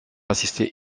assistée